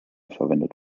verwendet